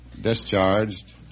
discharged